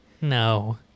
No